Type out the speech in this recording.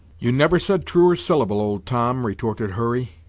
you never said truer syllable, old tom, retorted hurry,